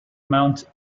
mount